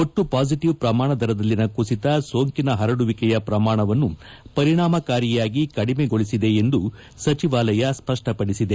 ಒಟ್ಟು ಪಾಸಿಟಿವ್ ಪ್ರಮಾಣ ದರದಲ್ಲಿನ ಕುಸಿತ ಸೋಂಕಿನ ಪರಡುವಿಕೆಯ ಪ್ರಮಾಣವನ್ನು ಪರಿಣಾಮಕಾರಿಯಾಗಿ ಕಡಿಮೆಗೊಳಿಸಿದೆ ಎಂದು ಸಚಿವಾಲಯ ಸ್ವಷ್ಷಪಡಿಸಿದೆ